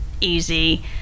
easy